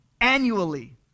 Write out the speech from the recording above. annually